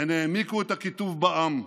הן העמיקו את הקיטוב בעם,